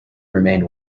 remained